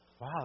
wow